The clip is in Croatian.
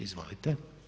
Izvolite.